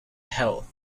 health